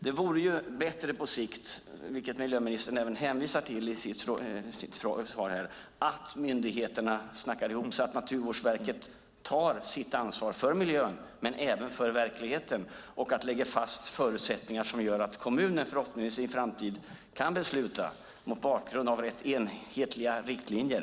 Det vore bättre på sikt - vilket miljöministern även hänvisar till i sitt svar - att myndigheterna snackar ihop sig och att Naturvårdsverket tar sitt ansvar för miljön men även för verkligheten. Man bör lägga fast förutsättningar som gör att kommunen förhoppningsvis i en framtid kan besluta mot bakgrund av enhetliga riktlinjer.